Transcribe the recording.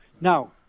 Now